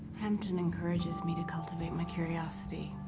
hampton encourages me to cultivate my curiosity.